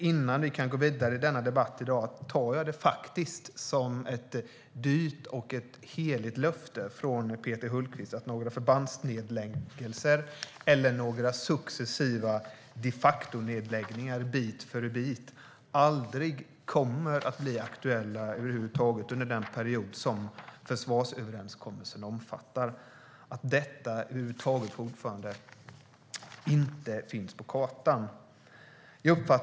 Innan vi går vidare i denna debatt vill jag säga att jag tar det som ett dyrt och heligt löfte från Peter Hultqvist att några förbandsnedläggningar eller några successiva de facto-nedläggningar bit för bit aldrig kommer att bli aktuella över huvud taget under den period som försvarsöverenskommelsen omfattar och att detta över huvud taget inte finns på kartan, fru talman.